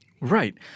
Right